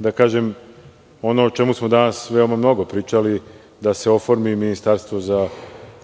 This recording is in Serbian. da kažem ono o čemu smo danas veoma mnogo pričali da se oformi ministarstvo za